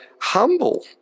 humble